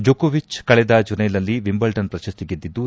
ಜೋಕೊವಿಚ್ ಕಳೆದ ಜುಲೈನಲ್ಲಿ ವಿಂಬಲ್ಡನ್ ಪ್ರಶಸ್ತಿ ಗೆದ್ದಿದ್ದು